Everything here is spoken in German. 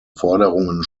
forderungen